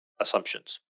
assumptions